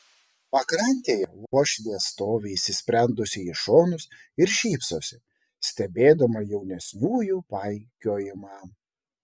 pakrantėje uošvė stovi įsisprendusi į šonus ir šypsosi stebėdama jaunesniųjų paikiojimą